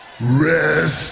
rest